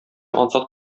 ансат